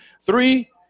three